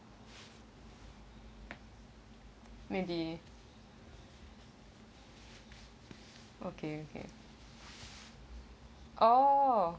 maybe okay okay oh